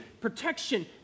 protection